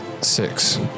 Six